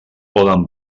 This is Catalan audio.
poden